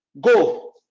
Go